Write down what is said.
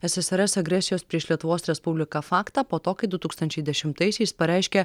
ssrs agresijos prieš lietuvos respubliką faktą po to kai du tūkstančiai dešimtaisiais pareiškė